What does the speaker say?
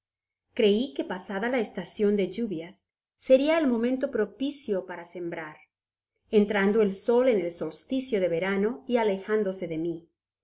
creí que pasada a estacion de las lluvias seria el momento propicio para sembrar entrando el sol en el solsticio de verano y alejándose de mi